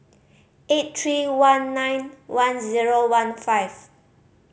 eight three one nine one zero one five